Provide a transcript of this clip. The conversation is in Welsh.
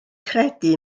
credu